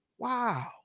Wow